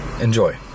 Enjoy